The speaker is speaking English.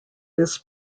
this